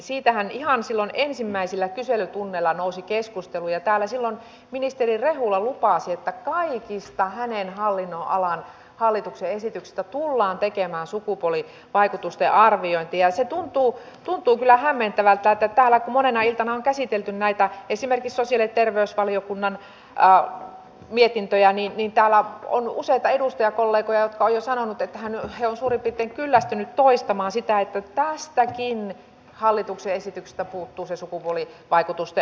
siitähän ihan silloin ensimmäisillä kyselytunneilla nousi keskustelu ja täällä silloin ministeri rehula lupasi että kaikista hänen hallinnonalansa hallituksen esityksistä tullaan tekemään sukupuolivaikutusarviointi ja tuntuu kyllä hämmentävältä että kun täällä monena iltana on käsitelty näitä esimerkiksi sosiaali ja terveysvaliokunnan mietintöjä niin täällä on useita edustajakollegoja jotka ovat jo sanoneet että he ovat suurin piirtein kyllästyneet toistamaan sitä että tästäkin hallituksen esityksestä puuttuu se sukupuolivaikutusarviointi